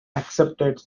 accepted